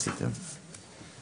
נעמה לזימי (יו"ר הוועדה המיוחדת לענייני צעירים):